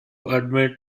admit